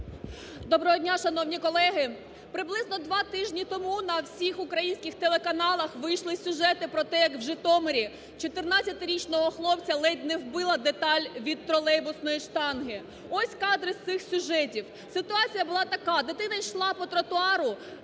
Доброго дня, шановні колеги! Приблизно два тижні тому на всіх українських телеканалах вийшли сюжети про те, як в Житомирі 14-річного хлопця ледь не вбила деталь від тролейбусної штанги. Ось кадри з цих сюжетів. Ситуація була така. Дитина йшла по тротуару,